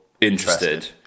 interested